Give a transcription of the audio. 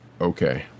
okay